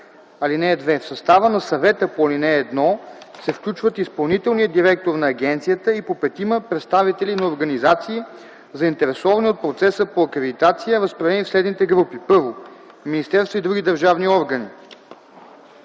„(2) В състава на Съвета по ал. 1 се включват изпълнителният директор на агенцията и по петима представители на организации, заинтересовани от процеса по акредитация, разпределени в следните групи: 1. министерства и други държавни органи;